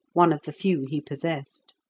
one of the few he possessed.